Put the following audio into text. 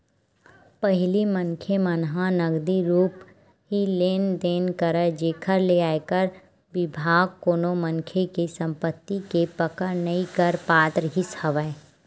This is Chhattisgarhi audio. पहिली मनखे मन ह नगदी रुप ही लेन देन करय जेखर ले आयकर बिभाग कोनो मनखे के संपति के पकड़ नइ कर पात रिहिस हवय